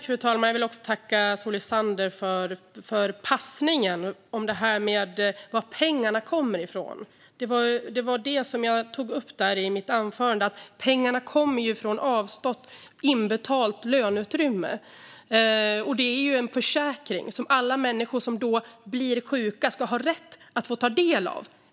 Fru talman! Jag vill tacka Solveig Zander för passningen om varifrån pengarna kommer. Det var detta jag tog upp i mitt anförande - att pengarna ju kommer från avstått, inbetalt löneutrymme. Det är en försäkring som alla människor som blir sjuka ska ha rätt att få ta del av.